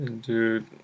Dude